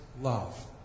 love